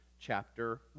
chapter